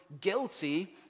guilty